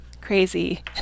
crazy